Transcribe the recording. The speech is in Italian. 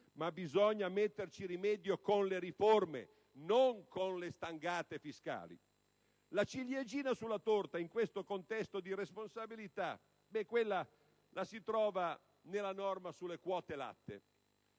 ciò bisogna porre rimedio con le riforme, non con le stangate fiscali. La ciliegina sulla torta, in questo contesto di irresponsabilità, la si trova nella norma sulle quote latte.